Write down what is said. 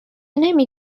نمی